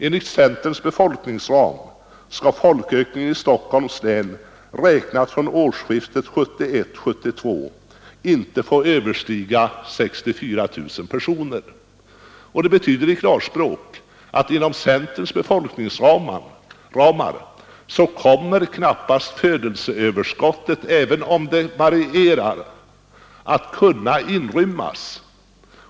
Enligt centerns befolkningsram skall folkökningen i Stockholms län räknat från årsskiftet 1971—1972 inte få överstiga 64 000 personer. Det betyder i klarspråk att inom centerns befolkningsramar kommer knappast födelseöverskottet, även om det varierar, att kunna inrymmas.